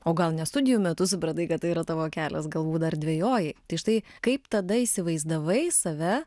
o gal ne studijų metu supratai kad tai yra tavo kelias galbūt dar dvejojai tai štai kaip tada įsivaizdavai save